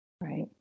Right